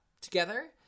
together